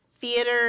theater